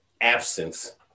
absence